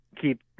keep